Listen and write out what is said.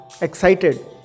excited